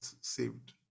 saved